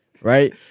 right